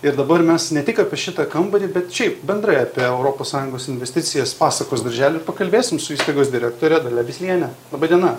ir dabar mes ne tik apie šitą kambarį bet šiaip bendrai apie europos sąjungos investicijas pasakos daržely ir pakalbėsim su įstaigos direktore dalia bisliene laba diena